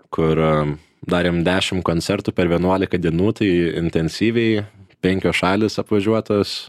kur darėm dešimt koncertų per vienuolika dienų tai intensyviai penkios šalys apvažiuotos